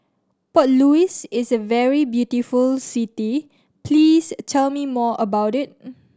Port Louis is a very beautiful city please tell me more about it